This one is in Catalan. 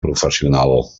professional